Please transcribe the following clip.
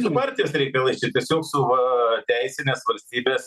su partijas reikia lašyt tiesiog su va teisinės valstybės